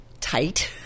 tight